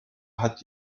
hat